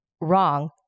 wrong